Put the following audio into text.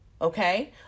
okay